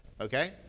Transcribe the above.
okay